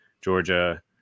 Georgia